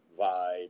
vibe